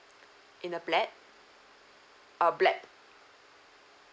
in the black uh black